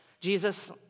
Jesus